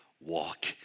walk